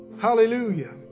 Hallelujah